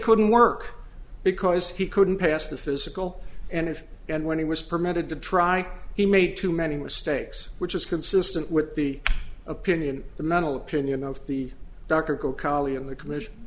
couldn't work because he couldn't pass the physical and if and when he was permitted to try he made too many mistakes which is consistent with the opinion the mental opinion of the doctor gokhale in the commission